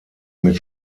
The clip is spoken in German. mit